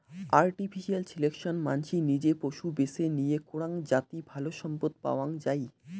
artificial selection মানসি নিজে পশু বেছে নিয়ে করাং যাতি ভালো সম্পদ পাওয়াঙ যাই